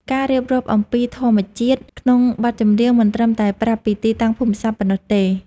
ការរៀបរាប់អំពីធម្មជាតិក្នុងបទចម្រៀងមិនត្រឹមតែប្រាប់ពីទីតាំងភូមិសាស្ត្រប៉ុណ្ណោះទេ។